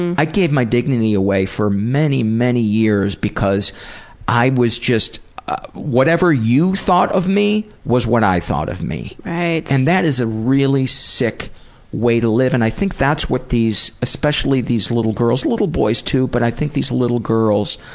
i gave my dignity away for many, many years because i was just whatever you thought of me was what i thought of me. and that is a really sick way to live. and i think that's what these especially what these little girls, little boys too, but i think these little girls